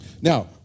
Now